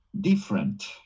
different